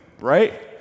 right